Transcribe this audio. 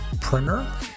printer